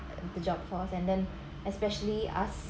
and the job pause and then especially us